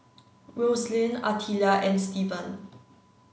Roselyn Artelia and Steven